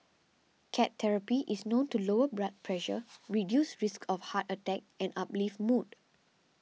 cat therapy is known to lower blood pressure reduce risks of heart attack and uplift mood